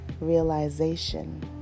Realization